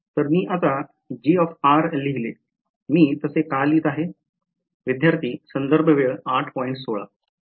तर मी आता लिहिले मी तसे का लिहीत आहे